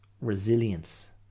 resilience